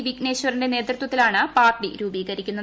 വിഘ്നേശ്വറിന്റെ നേതൃത്വത്തിലാണ് പാർട്ടി രൂപീകരിക്കുന്നത്